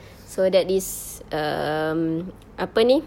so that this um apa ini